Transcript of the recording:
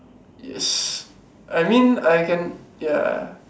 yes I mean I can ya